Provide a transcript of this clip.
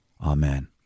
amen